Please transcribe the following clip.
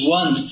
one